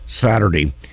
Saturday